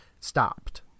Stopped